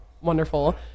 wonderful